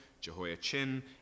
Jehoiachin